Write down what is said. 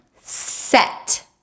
set